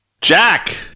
Jack